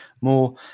more